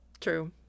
true